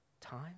time